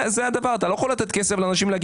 אתה לא יכול לתת כסף לאנשים ולהגיד,